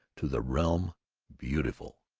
to the realm beautiful.